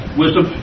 wisdom